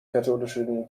katholischen